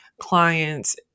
clients